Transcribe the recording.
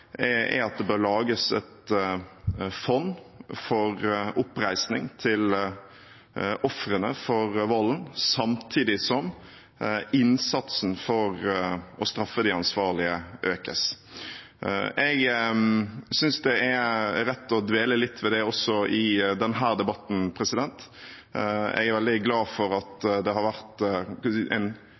er at det bør lages et fond for oppreisning av ofrene for volden, samtidig som innsatsen for å straffe de ansvarlige økes. Jeg synes det er rett å dvele litt ved det også i denne debatten. Jeg er veldig glad for at det har vært en